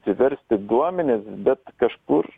atsiversti duomenis bet kažkur